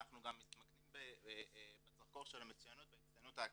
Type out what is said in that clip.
אנחנו גם מתמקדים בזרקור של המצוינות בהצטיינות האקדמית.